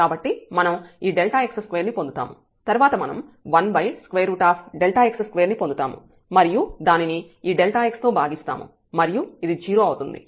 కాబట్టి మనం ఈ x2 ను పొందుతాము తర్వాత మనం 1x2 ను పొందుతాము మరియు దానిని ఈ x తో భాగిస్తాము మరియు ఇది 0 అవుతుంది